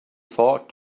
thought